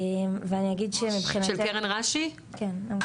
ואני אגיד שמבחינתנו --- אוקיי,